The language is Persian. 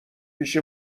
پیش